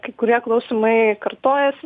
kai kurie klausimai kartojasi